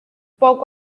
poco